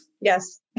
Yes